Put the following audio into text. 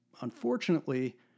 Unfortunately